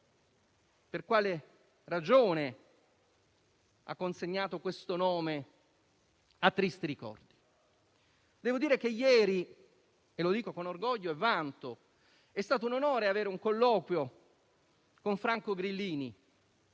per quale ragione la storia ha consegnato questo nome a tristi ricordi. Devo dire che ieri - e lo dico con orgoglio e vanto - è stato un onore avere un colloquio con Franco Grillini,